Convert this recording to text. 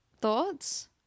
Thoughts